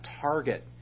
target